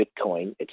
Bitcoin